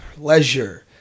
pleasure